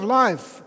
life